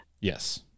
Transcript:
Yes